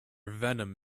venom